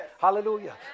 Hallelujah